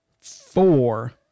Four